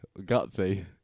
gutsy